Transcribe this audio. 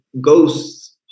ghosts